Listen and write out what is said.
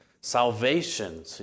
Salvation